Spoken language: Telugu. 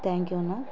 థ్యాంక్యూ అన్నా